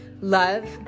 Love